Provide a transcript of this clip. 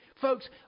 Folks